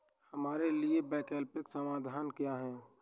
हमारे लिए वैकल्पिक समाधान क्या है?